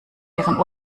ihren